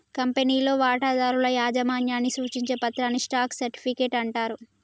కంపెనీలో వాటాదారుల యాజమాన్యాన్ని సూచించే పత్రాన్ని స్టాక్ సర్టిఫికెట్ అంటారు